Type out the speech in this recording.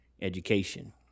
education